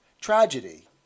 Tragedy